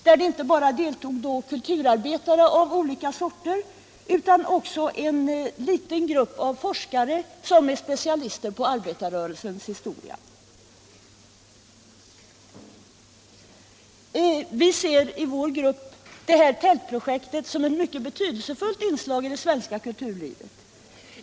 Där deltog inte bara kulturarbetare av olika sorter utan också en liten grupp forskare som är specialister på arbetarrörelsens historia. Vi ser detta tältprojekt som ett mycket betydelsefullt inslag i det svenska kulturlivet.